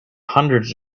hundreds